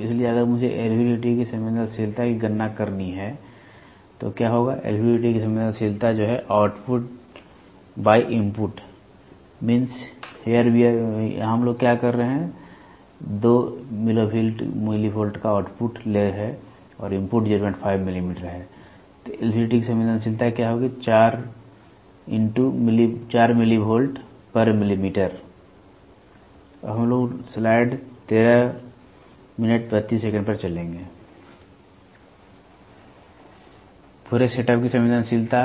इसलिए अगर मुझे LVDT की संवेदनशीलता की गणना करनी है LVDT की संवेदनशीलता LVDT की संवेदनशीलता पूरे सेटअप की संवेदनशीलता